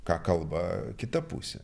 ką kalba kita pusė